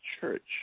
church